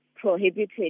prohibited